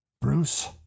Bruce